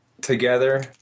together